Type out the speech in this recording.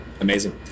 Amazing